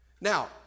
now